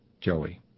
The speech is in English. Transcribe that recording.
Joey